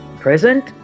present